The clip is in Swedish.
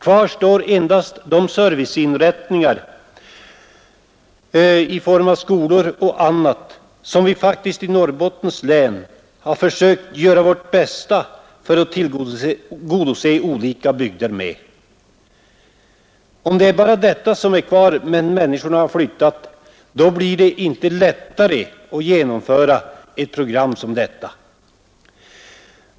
Kvar står då endast de serviceinrättningar i form av skolor och annat som vi faktiskt i Norrbottens län har försökt göra vårt bästa för att tillgodose olika bygder med. Om bara dessa inrättningar står kvar när människorna har flyttat blir det inte lättare att genomföra ett program som detta.